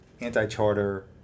anti-charter